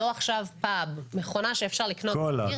לא פאב אלא מכונה אפשר לקנות בירה